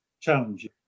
challenges